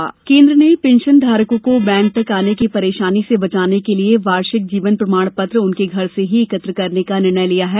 pension धारक केन्द्र ने पेंशनधारकों को बैंक तक आने की परेशानी से बचाने के लिए वार्षिक जीवन प्रमाण पत्र उनके घर से ही एकत्र करने का निर्णय किया है